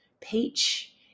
peach